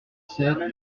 sept